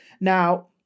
Now